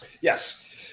Yes